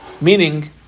Meaning